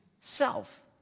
self